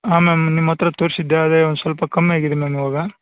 ಹಾಂ ಮ್ಯಾಮ್ ನಿಮ್ಮ ಹತ್ರ ತೋರಿಸಿದ್ದೆ ಅದೇ ಒಂದು ಸ್ವಲ್ಪ ಕಮ್ಮಿ ಆಗಿದೆ ಮ್ಯಾಮ್ ಇವಾಗ